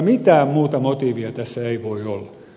mitään muuta motiivia tässä ei voi olla